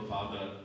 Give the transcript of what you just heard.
Father